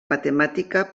matemàtica